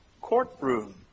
courtroom